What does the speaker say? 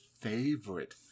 favorite